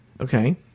okay